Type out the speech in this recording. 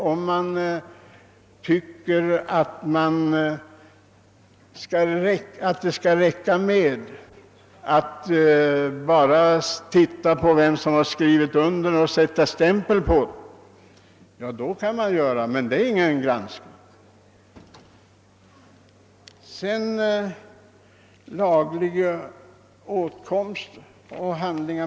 Om man tycker att det räcker med att titta på vem som har skrivit under ett förslag och sätta stämpel på det kan man naturligtvis göra det, men då är det inte någon granskning.